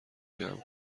جمع